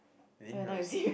you need to know and see